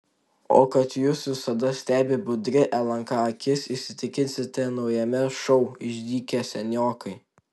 o kad jus visada stebi budri lnk akis įsitikinsite naujame šou išdykę seniokai